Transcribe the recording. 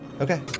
Okay